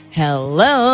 hello